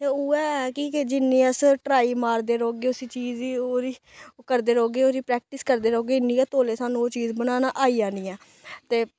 ते उ'ऐ ऐ कि के जिन्नी अस ट्राई मारदे रौह्गे उस्सी चीज गी ओह् ओह्दी ओह् करदे रौह्गे प्रैक्टिस करदे रौह्गे इन्नी गै तौले सानूं ओह् चीज बनाना आई जानी ऐ ते